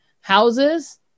houses